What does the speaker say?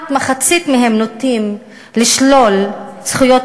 כמעט מחצית מהם נוטים לשלול זכויות